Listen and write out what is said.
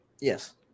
Yes